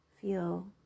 Feel